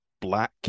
black